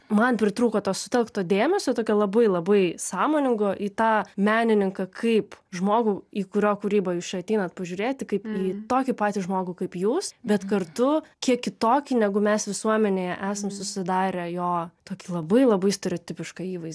man pritrūko to sutelkto dėmesio tokio labai labai sąmoningo į tą menininką kaip žmogų į kurio kūrybą jūs čia ateinat pažiūrėti kaip į tokį patį žmogų kaip jūs bet kartu kiek kitokį negu mes visuomenėje esam susidarę jo tokį labai labai stereotipišką įvaizdį